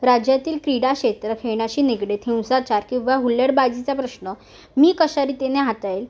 राज्यातील क्रीडा क्षेत्र खेळण्याशी निगडीत हिंसाचार किंवा हुल्लडबाजीचा प्रश्न मी कशा रितीने हाताळेल